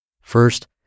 First